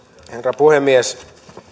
herra puhemies